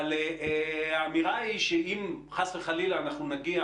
אבל האמירה היא שאם חס וחלילה אנחנו נגיע,